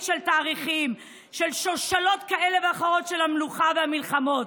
של תאריכים של שושלות כאלה ואחרות של המלוכה והמלחמות.